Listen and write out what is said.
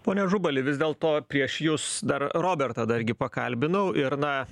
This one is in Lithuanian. pone ažubali vis dėlto prieš jus dar robertą dargį pakalbinau ir na